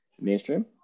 mainstream